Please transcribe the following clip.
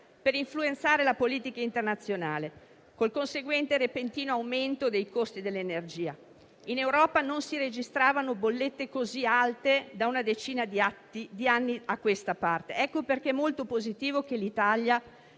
per influenzare la politica internazionale, con il conseguente repentino aumento dei costi dell'energia. In Europa non si registravano bollette così alte da una decina di anni a questa parte. Ecco perché è molto positivo che l'Italia